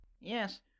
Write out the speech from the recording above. Yes